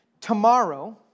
Tomorrow